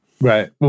Right